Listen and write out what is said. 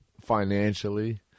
Financially